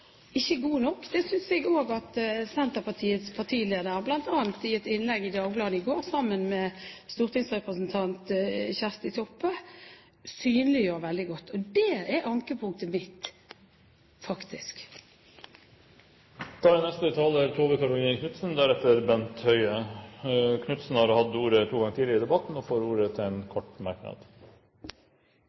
god nok, synes jeg også at Senterpartiets partileder, bl.a. i et innlegg i Dagbladet i går sammen med stortingsrepresentant Kjersti Toppe, synliggjør veldig godt. Det er ankepunktet mitt – faktisk. Tove Karoline Knutsen har hatt ordet to ganger tidligere og får ordet til en kort merknad,